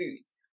Foods